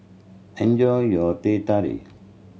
enjoy your Teh Tarik